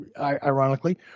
ironically